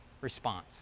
response